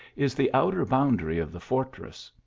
is the outer boundary of the fortress.